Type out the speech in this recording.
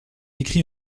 écrit